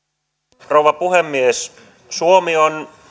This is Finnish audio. arvoisa rouva puhemies suomi on